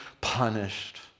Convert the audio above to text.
punished